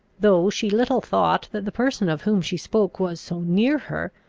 though she little thought that the person of whom she spoke was so near her,